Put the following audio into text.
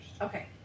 Okay